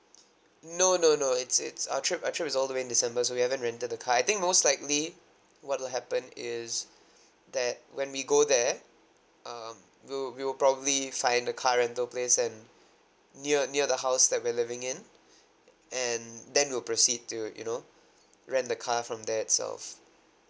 no no no it's it's our trip our trip is all the way in december so we haven't rented the car I think most likely what will happen is that when we go there uh we'll we'll probably find the car rental place and near near the house that we're living in and then we'll proceed to you know rent the car from there itself